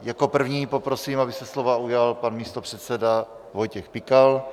Jako prvního poprosím, aby se slova ujal pan místopředseda Vojtěch Pikal.